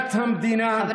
חברים וחברות, בואו נקשיב.